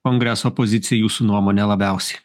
kongreso poziciją jūsų nuomone labiausiai